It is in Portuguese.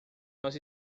nós